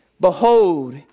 behold